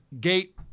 gate